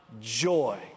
joy